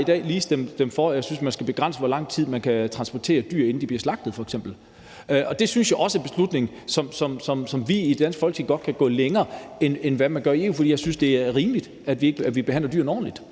i dag lige stemt for, at man skal begrænse, hvor lang tid man må transportere dyr, inden de bliver slagtet. Og der synes jeg også, at det er en beslutning, hvor vi i det danske Folketing godt kan gå længere end det, man gør i EU, for jeg synes, at det er rimeligt, at vi behandler dyrene ordentligt,